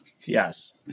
Yes